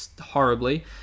horribly